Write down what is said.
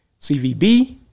CVB